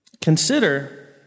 Consider